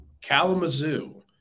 Kalamazoo